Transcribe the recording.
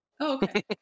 Okay